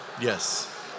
Yes